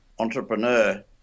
entrepreneur